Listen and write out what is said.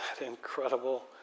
incredible